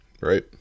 right